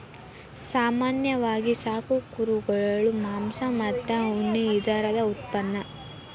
ಸಾಮಾನ್ಯವಾಗಿ ಸಾಕು ಕುರುಗಳು ಮಾಂಸ ಮತ್ತ ಉಣ್ಣಿ ಇದರ ಉತ್ಪನ್ನಾ